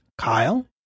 Kyle